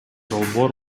долбоор